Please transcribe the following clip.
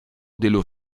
dello